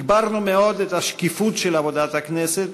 הגברנו מאוד את השקיפות של עבודת הכנסת